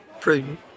prudent